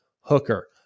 Hooker